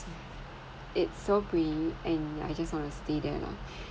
it's so great and yeah I just want to stay there lah